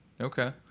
Okay